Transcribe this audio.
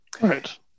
Right